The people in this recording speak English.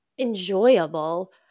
enjoyable